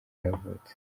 yavutse